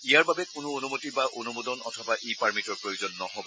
ইয়াৰ বাবে কোনো অনুমতি বা অনুমোদন অথবা ই পাৰ্মিটৰ প্ৰয়োজন নহব